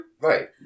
Right